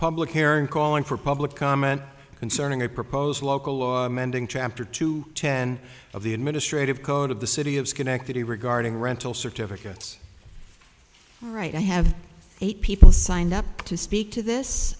public here calling for public comment concerning a proposed local law amending tractor to ten of the administrative code of the city of schenectady regarding rental certificates all right i have eight people signed up to speak to this